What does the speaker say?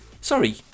sorry